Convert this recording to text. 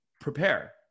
prepare